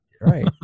right